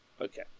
Okay